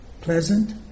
pleasant